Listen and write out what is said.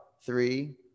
three